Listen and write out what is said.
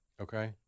Okay